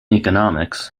economics